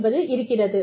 என்பது இருக்கிறது